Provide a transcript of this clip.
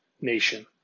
nation